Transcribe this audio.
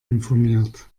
informiert